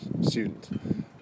student